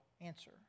answer